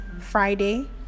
Friday